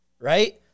right